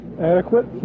Adequate